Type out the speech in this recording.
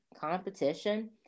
competition